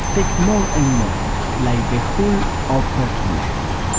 take more and more like the whole upper lid.